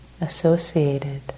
associated